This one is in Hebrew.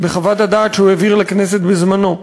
בחוות הדעת שהוא העביר לכנסת בזמנו.